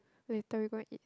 later we go and eat